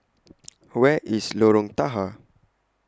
Where IS Lorong Tahar